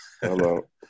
Hello